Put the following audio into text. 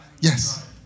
Yes